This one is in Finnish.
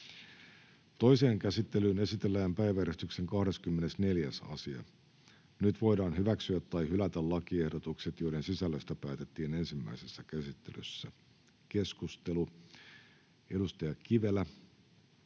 Toiseen käsittelyyn esitellään päiväjärjestyksen 25. asia. Nyt voidaan hyväksyä tai hylätä lakiehdotukset, joiden sisällöstä päätettiin ensimmäisessä käsittelyssä. — Keskustelu, edustaja Autto,